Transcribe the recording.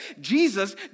Jesus